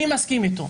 אני מסכים איתו,